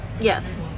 Yes